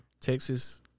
Texas